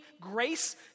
grace